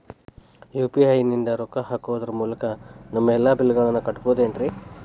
UPI ನಿಂದ ರೊಕ್ಕ ಹಾಕೋದರ ಮೂಲಕ ನಮ್ಮ ಎಲ್ಲ ಬಿಲ್ಲುಗಳನ್ನ ಕಟ್ಟಬಹುದೇನ್ರಿ?